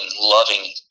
loving